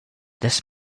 this